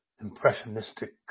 Impressionistic